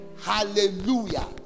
Hallelujah